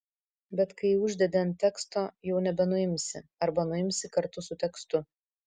bet kai jį uždedi ant teksto jau nebenuimsi arba nuimsi kartu su tekstu